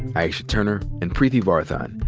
aisha turner, and preeti varathan.